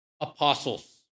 apostles